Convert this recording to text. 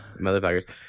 Motherfuckers